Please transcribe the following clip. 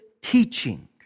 teaching